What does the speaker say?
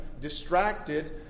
distracted